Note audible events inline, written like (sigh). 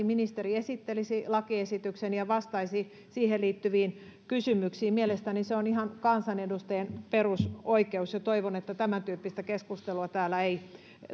(unintelligible) ministeri esittelisi lakiesityksen ja vastaisi siihen liittyviin kysymyksiin mielestäni se on ihan kansanedustajien perusoikeus ja toivon että tämän tyyppistä keskustelua täällä ei